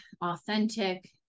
authentic